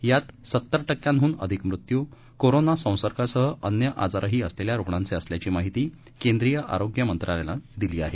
यात सत्तर टक्क्यांडून अधिक मृत्यू कोरोना संसर्गासह अन्य आजारही असलेल्या रुग्णांचे असल्याची माहितीही केंद्रीय आरोग्य मंत्रालयानं दिली आहे